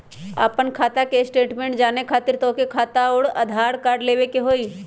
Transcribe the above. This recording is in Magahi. आपन खाता के स्टेटमेंट जाने खातिर तोहके खाता अऊर आधार कार्ड लबे के होइ?